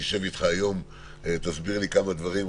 אשב אתך היום ותסביר לי כמה דברים.